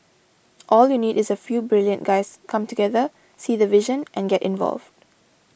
all you need is a few brilliant guys come together see the vision and get involved